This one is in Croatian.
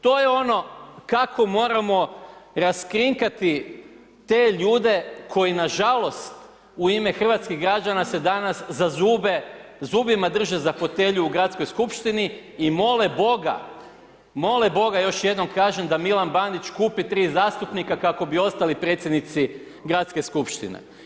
To je ono kako moramo raskrinkati te ljude koji nažalost u ime hrvatskih građana se danas za zube, zubima drže za fotelju u Gradskoj skupštini i mole Boga, mole Boga, još jednom kažem da Milan Bandić kupi tri zastupnika kako bi ostali predsjednici Gradske skupštine.